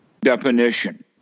definition